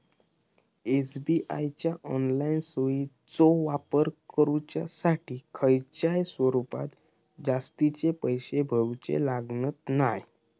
SBI च्या online सोयीचो वापर करुच्यासाठी खयच्याय स्वरूपात जास्तीचे पैशे भरूचे लागणत नाय